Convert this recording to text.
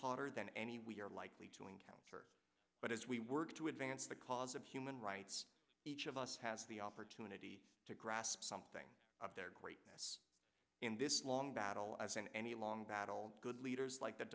hotter than any we are likely to encounter but as we work to advance the cause of human rights each of us has the opportunity to grasp something of their greatness in this long battle as in any long battle good leaders like the